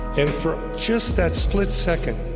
and for just that split-second.